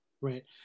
Right